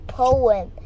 poem